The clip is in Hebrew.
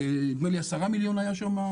נדמה לי ש-10 מיליון היה שם.